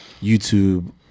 YouTube